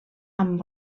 amb